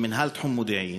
של מנהל תחום מודיעין,